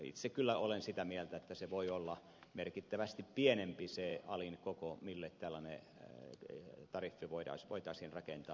itse kyllä olen sitä mieltä että voi olla merkittävästi pienempi se alin koko mille tällainen tariffi voitaisiin rakentaa